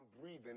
Breathing